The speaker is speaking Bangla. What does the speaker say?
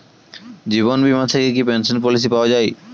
জীবন বীমা থেকে কি পেনশন পলিসি পাওয়া যায়?